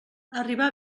arribar